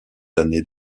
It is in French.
années